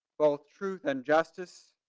both truth and justice,